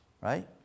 right